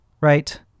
right